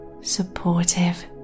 supportive